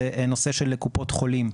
זה נושא של קופות חולים.